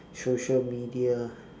social media